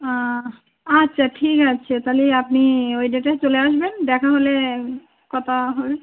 আহ আচ্ছা ঠিক আছে তাহলে আপনি ওই ডেটে চলে আসবেন দেখা হলে কথা হবে